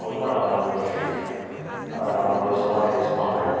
ரொம்ப நல்லாயிருந்துச்சி அதை நான் ஒரு வருடமா யூஸ் பண்ணேன்